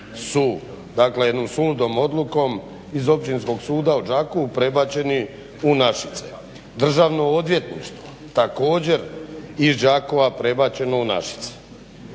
jednom suludom odlukom iz Općinskog suda u Đakovu prebačeni u Našice. Državno odvjetništvo također iz Đakova prebačeno u Našice,